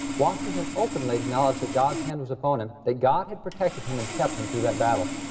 washington openly acknowledged that god's hand was upon him, that god had protected him and kept him through that battle.